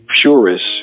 purists